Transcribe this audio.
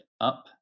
up